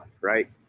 right